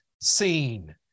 seen